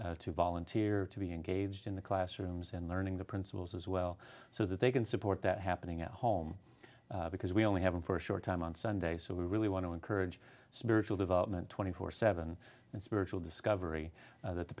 program to volunteer to be engaged in the classrooms and learning the principles as well so that they can support that happening at home because we only have them for a short time on sunday so we really want to encourage spiritual development twenty four seven and spiritual discovery that the